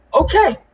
okay